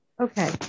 okay